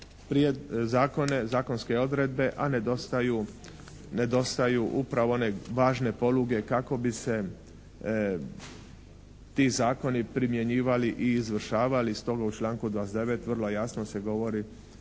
zakone, zakonske odredbe a nedostaju upravo one važne poluge kako bi se ti zakoni primjenjivali i izvršavali, stoga u članku 29. vrlo jasno se govori